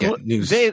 news